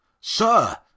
Sir